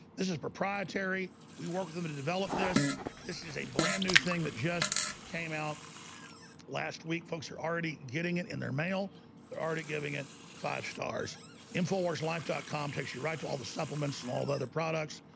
this is proprietary. we worked with me to develop this this is a brand new thing that just came out last week folks are already getting it in their mail they're already giving it five stars in four life dot com takes you right to all the supplements and all the other products